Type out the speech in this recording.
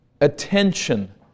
attention